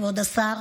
כבוד השר,